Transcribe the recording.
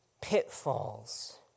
pitfalls